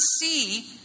see